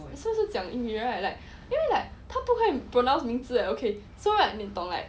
是讲英语 right like you know like 他不会 pronounced 名字 okay so right 你懂 like